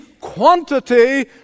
quantity